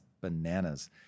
bananas